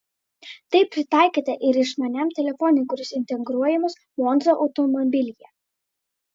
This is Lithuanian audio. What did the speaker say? tai pritaikyta ir išmaniam telefonui kuris integruojamas monza automobilyje